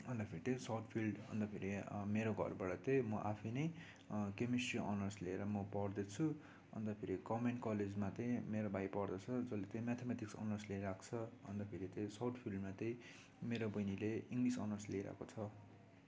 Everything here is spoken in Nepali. अन्तखेरि चाहिँ साउथफिल्ड अन्तखेरि मेरो घरबाट चाहिँ म आफै नै केमिस्ट्री अनर्स लिएर म पढ्दैछु अन्तखेरि गभर्मेन्ट कलेजमा चाहिँ मेरो भाइ पढ्दैछ जसले चाहिँ म्याथम्याटिक्स अनर्स लिएर आएको छ अन्तखेरि साउथफिल्डमा चाहिँ मेरो बहिनीले इङ्गलिस अनर्स लिइरहेको छ